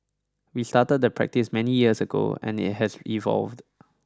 we started the practice many years ago and it has evolved